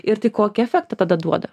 ir tai kokį efektą tada duoda